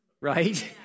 right